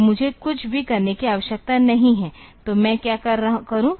तो मुझे कुछ भी करने की आवश्यकता नहीं है तो मैं क्या करूं